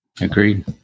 Agreed